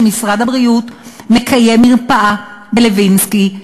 שמשרד הבריאות מקיים מרפאה בלוינסקי,